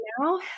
now